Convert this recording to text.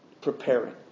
preparing